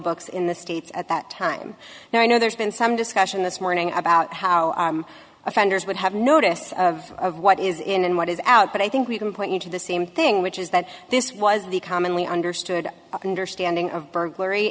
books in the states at that time now i know there's been some discussion this morning about how offenders would have notice of what is in and what is out but i think we can point you to the same thing which is that this was the commonly understood understanding of burglary